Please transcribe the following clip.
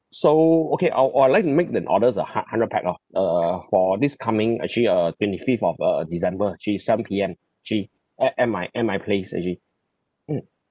so okay I'll uh I'd like to make that orders ah hun~ hundred pax orh uh for this coming actually uh twenty fifth of uh december actually seven P_M actually at at my at my place actually mm